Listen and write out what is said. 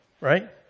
right